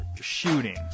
shooting